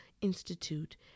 Institute